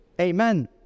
Amen